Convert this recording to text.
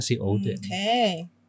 Okay